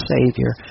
Savior